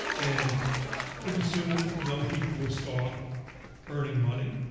and pretty soon young people will start earning money.